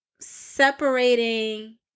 separating